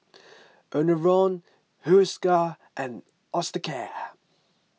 Enervon Hiruscar and Osteocare